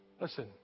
Listen